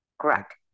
Correct